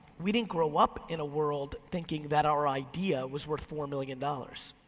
we didn't grow up in a world thinking that our idea was worth four million dollars.